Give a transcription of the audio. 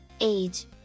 age